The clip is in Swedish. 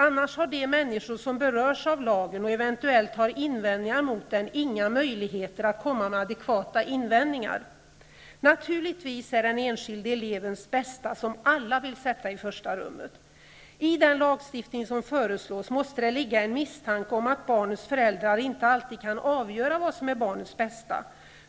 Annars har de människor som berörs av lagen och eventuellt har invändningar mot den inga möjligheter att komma med adekvata invändningar. Naturligtvis är det den enskilde elevens bästa som alla vill sätta i första rummet. I den lagstiftning som föreslås måste det ligga en misstanke om att barnets föräldrar inte alltid kan avgöra vad som är barnets bästa.